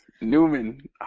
Newman